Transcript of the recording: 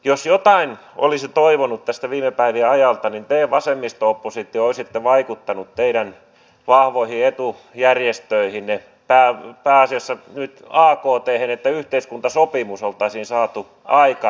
jos jotain olisin toivonut tältä viime päivien ajalta niin sitä että te vasemmisto oppositio olisitte vaikuttaneet teidän vahvoihin etujärjestöihinne pääasiassa nyt akthen että yhteiskuntasopimus oltaisiin saatu aikaan